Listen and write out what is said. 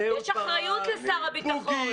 יש אחריות לשר הביטחון.